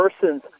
person's